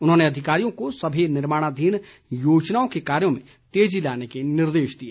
उन्होंने अधिकारियों को सभी निर्माणाधीन योजनाओं के कार्यों में तेजी लाने के निर्देश दिए